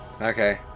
Okay